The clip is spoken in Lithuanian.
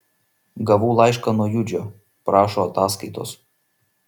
gavau laišką nuo judžio prašo ataskaitos